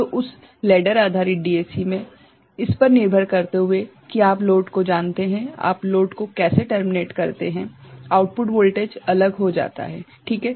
तो उस लैडर आधारित डीएसी में इस पर निर्भर करते हुए कि आप लोड को जानते हैं आप लोड को कैसे टर्मिनेट करते हैं आउटपुट वोल्टेज अलग हो जाता है - ठीक है